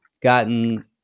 gotten